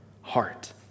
heart